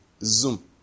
Zoom